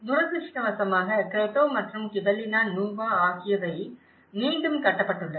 துரதிர்ஷ்டவசமாக கிரெட்டோ மற்றும் Gibellina Nuova ஆகியவை மீண்டும் கட்டப்பட்டுள்ளன